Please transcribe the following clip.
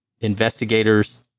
investigators